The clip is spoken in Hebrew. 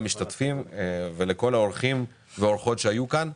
תודה לכל המשתתפים ולכל האורחים והאורחות שהיו כאן וב-זום.